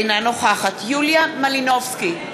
אינה נוכחת יוליה מלינובסקי,